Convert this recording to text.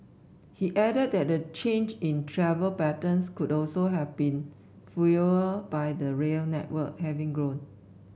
he added that the change in travel patterns could also have been fuelled by the rail network having grown